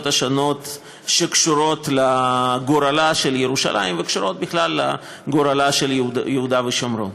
השונות שקשורות לגורלה של ירושלים ובכלל לגורל של יהודה ושומרון.